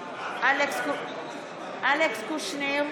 אלכס קושניר,